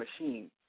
machine